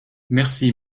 merci